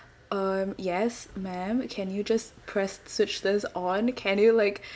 um yes ma'am can you just press switch this on can you like